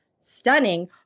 stunning